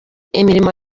imirimo